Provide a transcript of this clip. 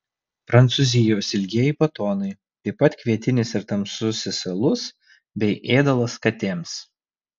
prancūzijos ilgieji batonai taip pat kvietinis ir tamsusis alus bei ėdalas katėms